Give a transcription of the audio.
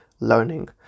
learning